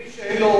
ומי שאין לו אוטו,